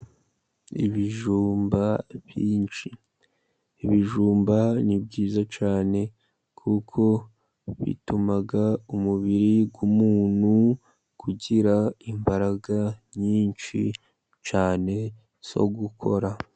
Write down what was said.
Ibijumba byinshi, ibijumba ni byiza cyane kuko bituma umubiri w'umuntu ugira imbaraga nyinshi cyane zo gukora.